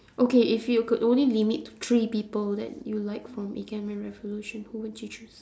okay if you could only limit to three people that you like from ikemen-revolution who would you choose